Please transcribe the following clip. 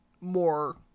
more